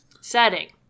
Setting